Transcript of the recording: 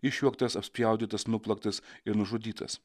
išjuoktas apspjaudytas nuplaktas ir nužudytas